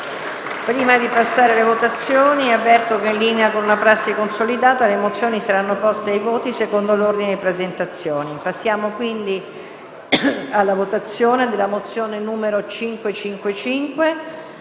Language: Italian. Prima di passare alla votazione, avverto che, in linea con una prassi consolidata, le mozioni saranno poste ai voti secondo l'ordine di presentazione. Passiamo alla votazione della mozione n. 555